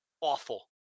Awful